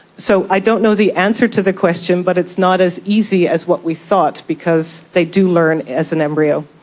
so i don't know the answer to the question but it's not as easy as what we thought because they do learn as an embryo.